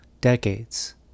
decades